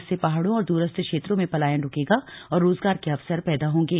इससे पहाड़ों और दूरस्थ क्षेत्रों से पलायन रुकेगा और रोजगार के अवसर पैदा होंगे